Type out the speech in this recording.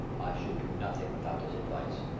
i should do nothing without his advice.